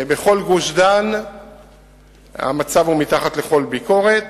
בכל גוש-דן המצב הוא מתחת לכל ביקורת.